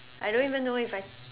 I don't even know if I